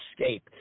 escape